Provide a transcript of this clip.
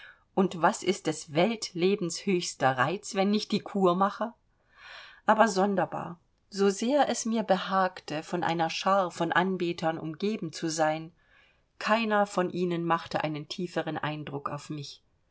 und was ist des welt lebens höchster reiz wenn nicht die kurmacher aber sonderbar so sehr es mir behagte von einer schar von anbetern umgeben zu sein keiner von ihnen machte einen tieferen eindruck auf mich